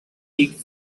leaked